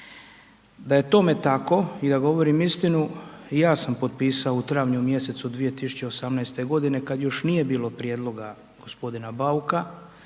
Da je tome tako i da govorim istinu, i ja sam potpisao u travnju mjesecu 2018. g. kad još nije bilo prijedloga g. Bauka